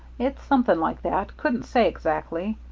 it's something like that. couldn't say exactly.